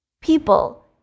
People